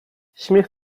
śmiech